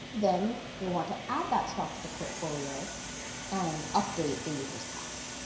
then you'll want to add that stock to the portfolio and update the user's cash.